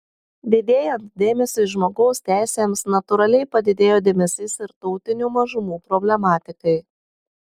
didėjant dėmesiui žmogaus teisėms natūraliai padidėjo dėmesys ir tautinių mažumų problematikai